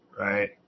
right